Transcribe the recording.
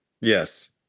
Yes